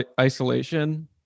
isolation